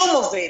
שום עובד.